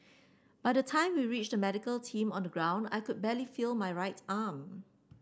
by the time we reached the medical team on the ground I could barely feel my right arm